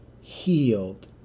healed